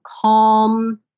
calm